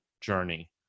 journey